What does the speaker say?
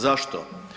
Zašto?